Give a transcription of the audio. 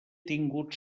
tingut